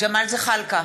ג'מאל זחאלקה,